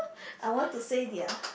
I want to say their